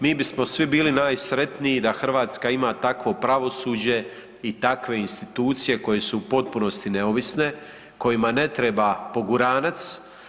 Mi bismo svi bili najsretniji da Hrvatska ima takvo pravosuđe i takve institucije koje su u potpunosti neovisne, kojima ne treba poguranac.